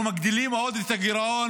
אנחנו מגדילים עוד את הגירעון